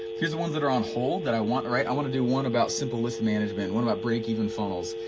here's the ones that are on hold that i want, right i want to do one about simple list management, one about breakeven funnels,